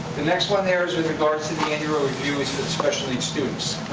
the next one there is with regards to the annual review as to the special needs students.